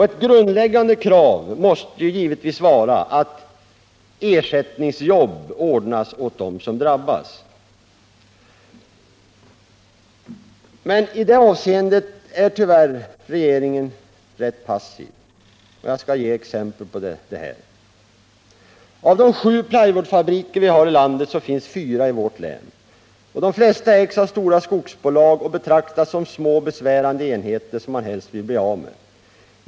Ett grundläggande krav måste vara att ersättningsjobb ordnas åt dem som drabbas, men i det avseendet är regeringen tyvärr ganska passiv. Jag skall ge exempel på detta. Av de sju plywoodfabriker vi har i landet finns fyra i vårt län. De flesta ägs av stora skogsbolag och betraktas som små besvärande enheter som man helst vill bli av med.